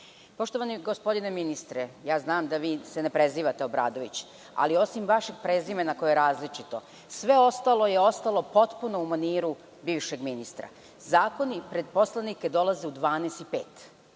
gospodine ministre, znam da vi se ne prezivate Obradović, ali osim vašeg prezimena koje je različito, sve ostalo je ostalo potpuno u maniru bivšeg ministra. Zakoni pred poslanike dolaze u 12,05,